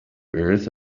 earth